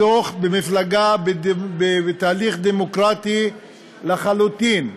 בתוך המפלגה, בתהליך דמוקרטי לחלוטין,